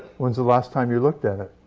when's the last time you looked at it?